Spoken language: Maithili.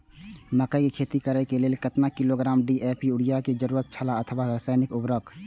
मकैय के खेती करे के लेल केतना किलोग्राम डी.ए.पी या युरिया के जरूरत छला अथवा रसायनिक उर्वरक?